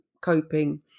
coping